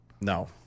No